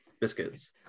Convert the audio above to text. biscuits